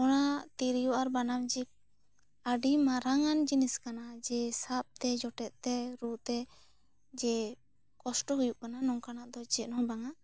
ᱚᱱᱟ ᱛᱤᱨᱭᱚ ᱟᱨ ᱵᱟᱱᱟᱢ ᱡᱮ ᱟᱹᱰᱤ ᱢᱟᱨᱟᱝ ᱟᱱ ᱡᱤᱱᱤᱥ ᱠᱟᱱᱟ ᱡᱮ ᱥᱟᱵ ᱛᱮ ᱡᱚᱴᱮᱫ ᱛᱮ ᱨᱩ ᱛᱮ ᱡᱮ ᱠᱚᱥᱴᱚ ᱦᱩᱭᱩᱜ ᱠᱟᱱᱟ ᱱᱚᱝᱠᱟᱱᱟᱜ ᱫᱚ ᱪᱮᱫ ᱦᱚᱸ ᱵᱟᱝᱼᱟ